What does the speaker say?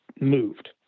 moved